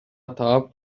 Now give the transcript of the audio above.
таап